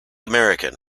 american